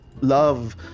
love